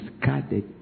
discarded